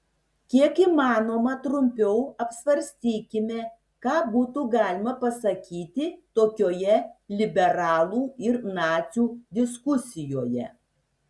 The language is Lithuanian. kiek įmanoma trumpiau apsvarstykime ką būtų galima pasakyti tokioje liberalų ir nacių diskusijoje